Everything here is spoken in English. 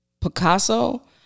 Picasso